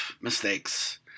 mistakes